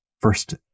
first